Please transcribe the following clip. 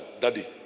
Daddy